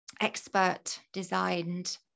expert-designed